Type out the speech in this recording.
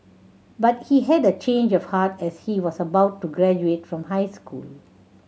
but he had a change of heart as he was about to graduate from high school